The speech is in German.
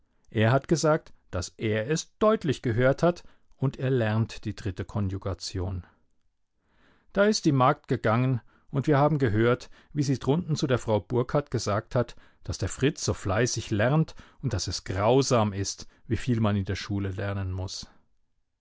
er hat gesagt daß er es deutlich gehört hat und er lernt die dritte konjugation da ist die magd gegangen und wir haben gehört wie sie drunten zu der frau burkhard gesagt hat daß der fritz so fleißig lernt und daß es grausam ist wieviel man in der schule lernen muß